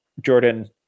Jordan